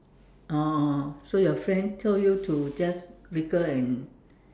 oh oh so your friend told you to just wriggle and